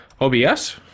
obs